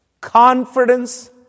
confidence